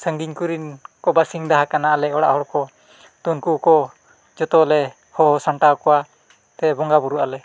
ᱥᱟᱺᱜᱤᱧ ᱠᱚᱨᱮᱱ ᱠᱚ ᱵᱟᱹᱥᱤᱱᱫᱟ ᱟᱠᱟᱱᱟ ᱟᱞᱮ ᱚᱲᱟᱜ ᱦᱚᱲ ᱠᱚ ᱛᱳ ᱩᱱᱠᱩ ᱠᱚ ᱡᱚᱛᱚ ᱞᱮ ᱦᱚᱦᱚ ᱥᱟᱢᱴᱟᱣ ᱠᱚᱣᱟ ᱛᱮ ᱵᱚᱸᱜᱟᱼᱵᱩᱨᱩ ᱟᱞᱮ